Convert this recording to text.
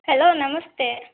hello ನಮಸ್ತೆ